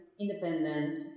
independent